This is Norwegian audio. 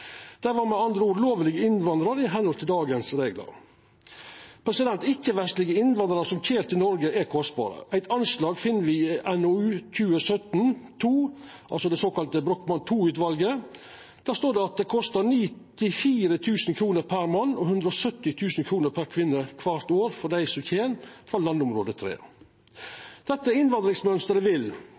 andre ord lovlege «innvandrarar» ifølge dagens reglar. Ikkje-vestlige innvandrar som kjem til Noreg, er kostbare. Eit anslag finn vi i NOU 2017: 2, frå det såkalla Brochmann II-utvalet. Der står det at det kostar 94 000 kr per mann og 170 000 kr per kvinne kvart år for dei som kjem frå landområde 3. Dette innvandringsmønsteret vil,